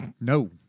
No